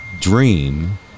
dream